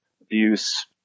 abuse